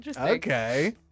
okay